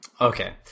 Okay